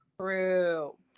True